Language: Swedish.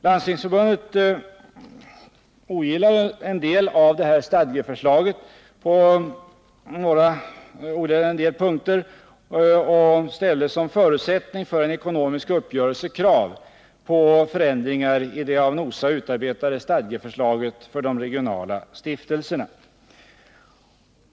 Landstingsförbundet ogillade stadgeförslaget på några punkter och ställde, som förutsättning för en ekonomisk uppgörelse, krav på förändringar i det av NOSA utarbetade stadgeförslaget för de regionala stiftelserna.